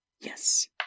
Yes